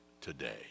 today